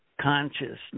consciousness